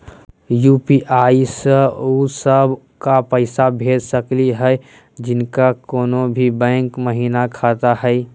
UPI स उ सब क पैसा भेज सकली हई जिनका कोनो भी बैंको महिना खाता हई?